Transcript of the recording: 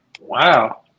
Wow